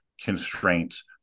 constraints